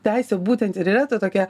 teisė būtent ir yra ta tokia